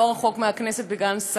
גברתי.